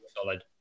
solid